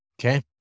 Okay